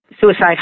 suicide